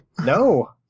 No